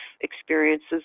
experiences